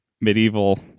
medieval